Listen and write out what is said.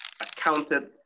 accounted